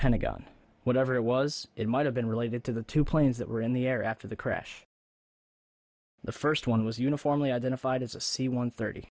pentagon whatever it was it might have been related to the two planes that were in the air after the crash the first one was uniformly identified as a c one thirty